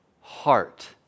heart